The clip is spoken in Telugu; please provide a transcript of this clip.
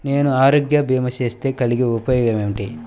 నేను ఆరోగ్య భీమా చేస్తే కలిగే ఉపయోగమేమిటీ?